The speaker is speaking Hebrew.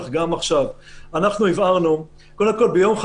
אנחנו עושים באמת את הכי טוב שאפשר.